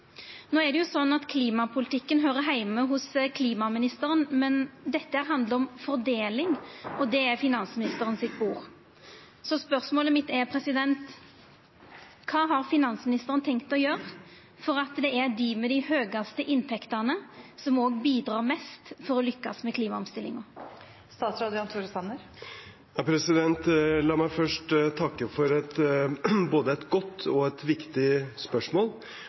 er det jo sånn at klimapolitikken høyrer heime hos klimaministeren, men dette handlar om fordeling, og det er finansministeren sitt bord. Spørsmålet mitt er: Kva har finansministeren tenkt å gjera for at det er dei med dei høgaste inntektene som må bidra mest for at me skal lykkast med klimaomstillingane? La meg først takke for et både godt og viktig spørsmål,